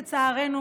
לצערנו,